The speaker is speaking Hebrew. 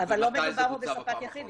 לא מדובר בספק יחיד.